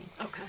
Okay